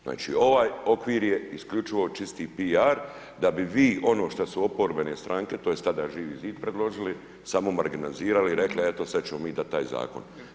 Znači ovaj okvir je isključivo čisti PR da bi vi ono što su oporbene stranke, tj. tada Živi zid predložili, samo marginalizirali i rekli, eto sad ćemo mi dat taj zakon.